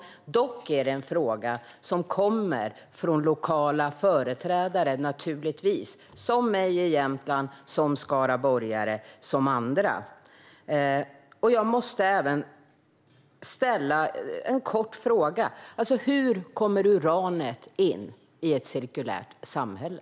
Det är dock naturligtvis en fråga som kommer från lokala företrädare, såväl från mig i Jämtland som från skaraborgare och andra. Jag måste ställa en kort fråga. Hur kommer uranet in i ett cirkulärt samhälle?